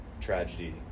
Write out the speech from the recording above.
tragedy